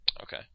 Okay